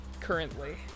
currently